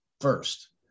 first